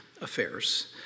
affairs